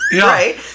Right